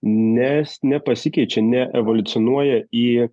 nes nepasikeičia neevoliucionuoja į